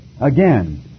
Again